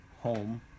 home